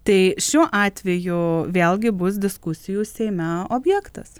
tai šiuo atveju vėlgi bus diskusijų seime objektas